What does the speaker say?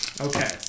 Okay